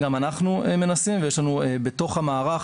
גם אנחנו מנסים ויש לנו בתוך המערך